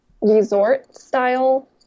resort-style